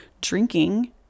drinking